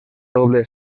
doble